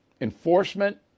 enforcement